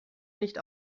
nicht